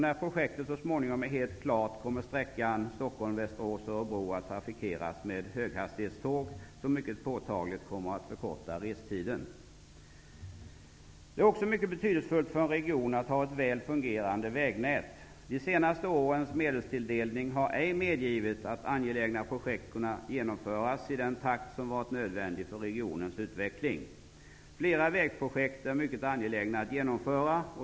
När projektet så småningom är helt klart kommer sträckan Stockholm--Västerås--Örebro att trafikeras med höghastighetståg, vilket mycket påtagligt kommer att förkorta restiden. Det är också mycket betydelsefullt för en region att ha ett väl fungerande vägnät. De senaste årens medelstilldelning har ej medgivit att angelägna projekt kunnat genomföras i den takt som varit nödvändig för regionens utveckling. Flera vägprojekt är mycket angelägna att genomföra.